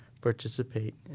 participate